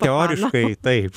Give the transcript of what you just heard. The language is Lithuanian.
teoriškai taip